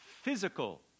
physical